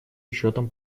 учетом